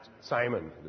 Simon